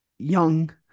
young